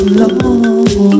long